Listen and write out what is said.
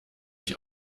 ich